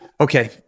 Okay